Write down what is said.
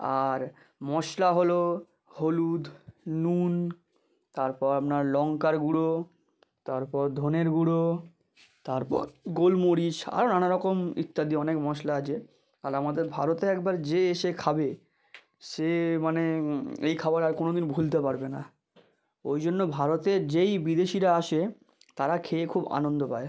আর মশলা হলো হলুদ নুন তারপর আপনার লংকার গুঁড়ো তারপর ধনের গুঁড়ো তারপর গোলমরিচ আরও নানা রকম ইত্যাদি অনেক মশলা আছে আমাদের ভারতে একবার যে এসে খাবে সে মানে এই খাবার আর কোনো দিন ভুলতে পারবে না ওই জন্য ভারতে যেই বিদেশিরা আসে তারা খেয়ে খুব আনন্দ পায়